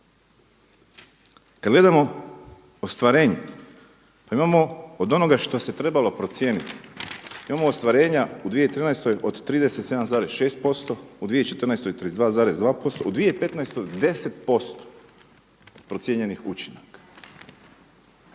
Kada gledamo ostvarenja pa imamo od onoga što se trebalo procijeniti, imamo ostvarenja u 2013. od 37,6% u 2014. 32,2%, u 2015. 10% procijenjenih učinaka.